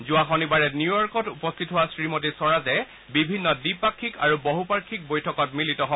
যোৱা শনিবাৰে নিউয়ৰ্কত উপস্থিত হোৱা শ্ৰীমতী স্বৰাজে বিভিন্ন দ্বিপাক্ষিক আৰু বহুপাক্ষিক বৈঠকত মিলিত হয়